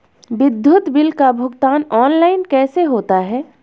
विद्युत बिल का भुगतान ऑनलाइन कैसे होता है?